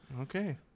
Okay